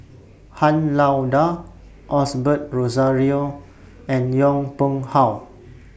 Han Lao DA Osbert Rozario and Yong Pung How